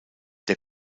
der